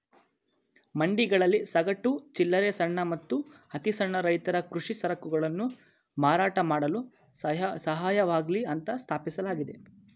ಮಂಡಿಗಳಲ್ಲಿ ಸಗಟು, ಚಿಲ್ಲರೆ ಸಣ್ಣ ಮತ್ತು ಅತಿಸಣ್ಣ ರೈತರ ಕೃಷಿ ಸರಕುಗಳನ್ನು ಮಾರಾಟ ಮಾಡಲು ಸಹಾಯವಾಗ್ಲಿ ಅಂತ ಸ್ಥಾಪಿಸಲಾಗಿದೆ